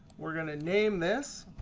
we're going to name this